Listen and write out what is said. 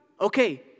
Okay